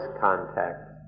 contact